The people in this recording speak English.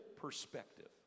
perspective